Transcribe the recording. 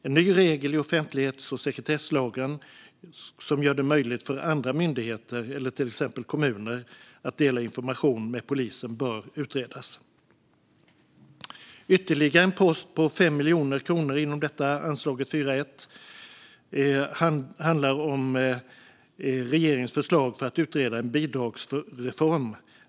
En ny regel i offentlighets och sekretesslagen som gör det möjligt för andra myndigheter eller till exempel kommuner att dela information med polisen bör utredas. Ytterligare en post på 5 miljoner kronor inom anslaget 4:1 handlar om regeringens förslag för att utreda en bidragsreform.